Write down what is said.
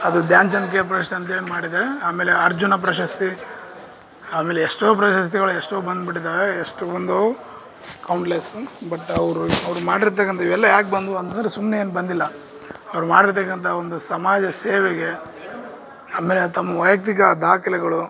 ಅದು ಧ್ಯಾನ್ ಚಂದ್ ಖೇಲ್ ಪ್ರಶಸ್ತಿ ಅಂತೇಳಿ ಮಾಡಿದ್ದಾರೆ ಆಮೇಲೆ ಅರ್ಜುನ ಪ್ರಶಸ್ತಿ ಆಮೇಲೆ ಎಷ್ಟೋ ಪ್ರಶಸ್ತಿಗಳು ಎಷ್ಟೋ ಬಂದುಬಿಟ್ಟಿದ್ದಾವೆ ಎಷ್ಟೋ ಬಂದವೆ ಕೌಂಟ್ ಲೆಸ್ ಬಟ್ ಅವರು ಅವರು ಮಾಡಿರ್ತಕ್ಕಂಥ ಇವೆಲ್ಲ ಯಾಕೆ ಬಂದವು ಅಂತಂದ್ರೆ ಸುಮ್ಮನೆ ಏನು ಬಂದಿಲ್ಲ ಅವರು ಮಾಡಿರ್ತಕ್ಕಂಥ ಒಂದು ಸಮಾಜ ಸೇವೆಗೆ ಆಮೇಲೆ ತಮ್ಮ ವೈಯಕ್ತಿಕ ದಾಖಲೆಗಳು